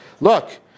Look